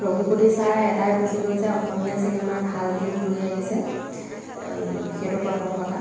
ৰঘুপতি চাই এটাই বুজিলোঁ যে অসমীয়া চিনেমাৰ ভাল দিন ঘূৰি আহিছে সেইটো প্ৰথম কথা